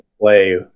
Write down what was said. play